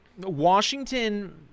Washington